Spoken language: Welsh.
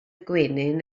gwenyn